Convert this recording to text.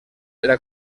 era